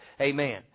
Amen